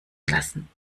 lassen